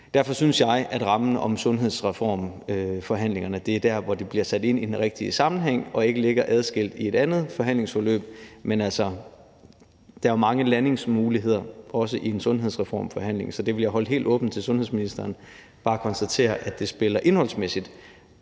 Derfor synes jeg, at rammen om sundhedsreformforhandlingerne er der, hvor det bliver sat ind i den rigtige sammenhæng og ikke er adskilt i et andet forhandlingsforløb . Men der er jo mange landingsmuligheder, også i en sundhedsreformforhandling, så det vil jeg holde helt åbent for sundhedsministeren. Jeg vil bare konstatere, at det spiller indholdsmæssigt